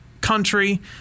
country